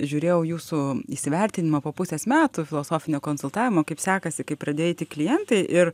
žiūrėjau jūsų įsivertinimą po pusės metų filosofinio konsultavimo kaip sekasi kaip pradėjo eiti klientai ir